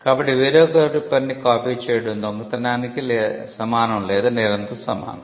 కాబట్టి వేరొకరి పనిని కాపీ చేయడం దొంగతనానికి సమానం లేదా నేరం తో సమానం